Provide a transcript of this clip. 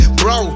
bro